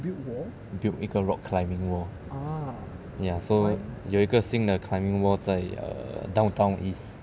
build 一个 rock climbing wall ya so 有一个新的 climbing wall 在 err downtown east